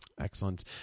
Excellent